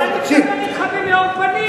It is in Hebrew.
אבל אני מדבר אתך במאור פנים.